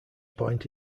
point